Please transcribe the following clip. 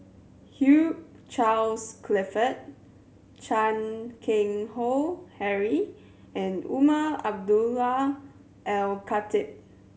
Hugh Charles Clifford Chan Keng Howe Harry and Umar Abdullah Al Khatib